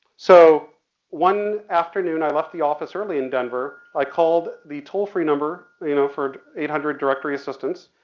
so one afternoon i left the office early in denver. i called the toll-free number, you know for eight hundred directory assistance.